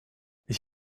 ich